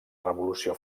revolució